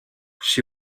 she